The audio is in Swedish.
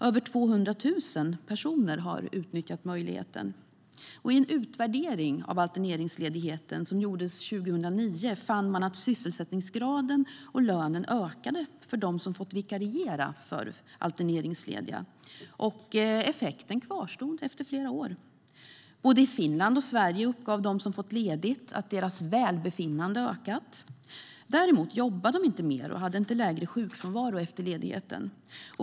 Över 200 000 personer har utnyttjat möjligheten. I en utvärdering av alterneringsledigheten som gjordes 2009 fann man att sysselsättningsgraden och lönen ökade för dem som fått vikariera för alterneringslediga. Och effekten kvarstod efter flera år. Både i Finland och Sverige uppgav de som fått ledigt att deras välbefinnande hade ökat. Däremot jobbade de inte mer och hade inte lägre sjukfrånvaro efter ledigheten.